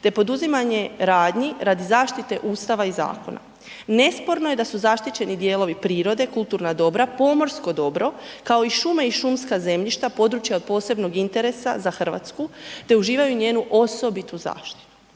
te poduzimanje radnji radi zaštite Ustava i zakona. Nesporno je da su zaštićeni dijelovi prirode kulturna dobra, pomorsko dobro kao i šume i šumska zemljišta područja od posebnog interesa za Hrvatsku te uživaju njenu osobitu zaštitu.